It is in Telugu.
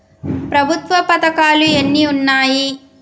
ప్రభుత్వ పథకాలు ఎన్ని ఉన్నాయి?